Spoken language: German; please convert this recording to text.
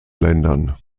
ländern